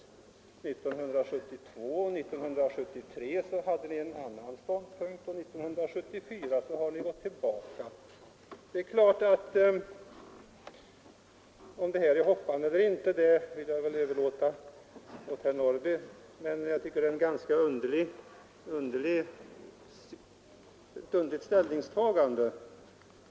Åren 1972 och 1973 intog ni en annan ståndpunkt, och år 1974 har ni gått tillbaka till den första ståndpunkten. Om det är ett hoppande eller inte får herr Norrby själv avgöra. Jag tycker det är ett ganska underligt sätt att ta ställning.